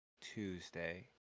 Tuesday